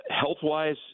health-wise